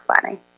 planning